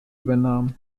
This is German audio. übernahm